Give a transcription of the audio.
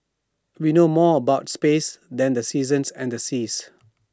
we know more about space than the seasons and the seas